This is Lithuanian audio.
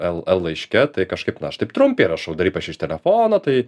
el el laiške tai kažkaip na aš taip trumpiai rašau dar ypač iš telefono tai